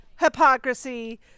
Hypocrisy